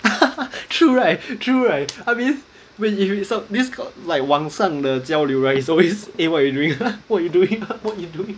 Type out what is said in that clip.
true right true right I mean when you you so this like 网上的交流 right is always eh what you doing what you doing what you do